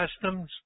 customs